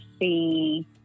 see